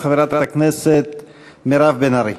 חברת הכנסת מירב בן ארי.